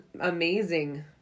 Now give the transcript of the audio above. amazing